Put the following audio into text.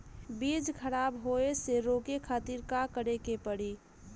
बीज खराब होए से रोके खातिर का करे के पड़ी?